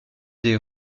des